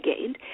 gained